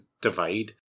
divide